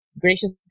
gracious